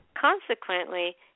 Consequently